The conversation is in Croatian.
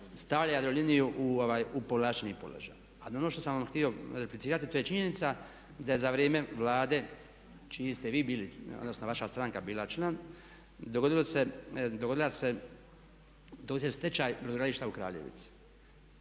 stavlja Jadroliniju u povlašteni položaj. Ali ono što sam vam htio replicirati to je činjenica da je za vrijeme Vlade čiji ste vi bili, odnosno vaša stranka bila član dogodio se stečaj brodogradilišta u Kraljevici.